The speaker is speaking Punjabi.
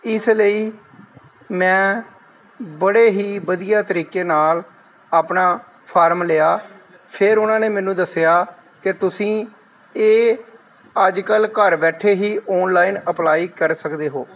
ਇਸ ਲਈ ਮੈਂ ਬੜੇ ਹੀ ਵਧੀਆ ਤਰੀਕੇ ਨਾਲ ਆਪਣਾ ਫਾਰਮ ਲਿਆ ਫਿਰ ਉਹਨਾਂ ਨੇ ਮੈਨੂੰ ਦੱਸਿਆ ਕਿ ਤੁਸੀਂ ਇਹ ਅੱਜ ਕੱਲ ਘਰ ਬੈਠੇ ਹੀ ਆਨਲਾਈਨ ਅਪਲਾਈ ਕਰ ਸਕਦੇ ਹੋ